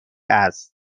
است